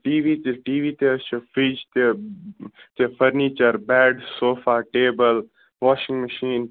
T V T V تہِ حظ چھُ فرِج تہِ تہٕ furniture bed sofa table washing machine